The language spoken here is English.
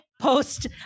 post